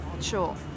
sure